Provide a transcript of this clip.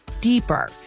deeper